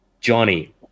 Johnny